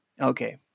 okay